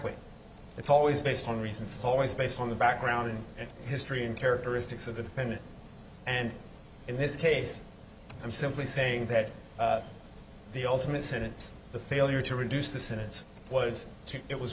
ly it's always based on reasons always based on the background and history and characteristics of the defendant and in this case i'm simply saying that the ultimate sentence the failure to reduce the sentence was it was